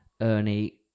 Ernie